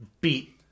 beat